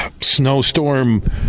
snowstorm